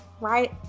right